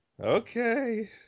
Okay